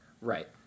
right